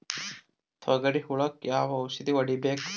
ತೊಗರಿ ಹುಳಕ ಯಾವ ಔಷಧಿ ಹೋಡಿಬೇಕು?